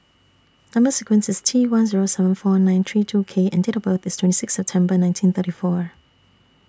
Number sequence IS T one Zero seven four nine three two K and Date of birth IS twenty Sixth September nineteen thirty four